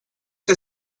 que